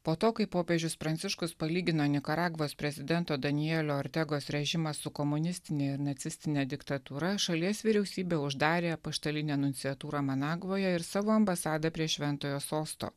po to kai popiežius pranciškus palygino nikaragvos prezidento danielio ortegos režimą su komunistine ir nacistine diktatūra šalies vyriausybė uždarė apaštalinę nunciatūrą managvoje ir savo ambasadą prie šventojo sosto